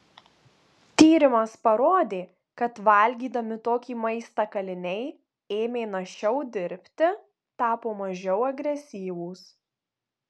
tyrimas parodė kad valgydami tokį maistą kaliniai ėmė našiau dirbti tapo mažiau agresyvūs